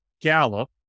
Gallup